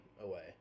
away